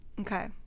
Okay